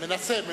מנסה.